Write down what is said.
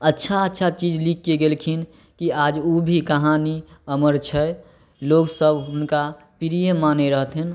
अच्छा अच्छा चीज लिखके गेलखिन कि आइ ओ भी कहानी अमर छै लोग सब हुनका प्रिय मानै रहथिन